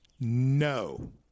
no